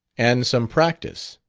and some practice.